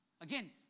Again